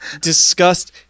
disgust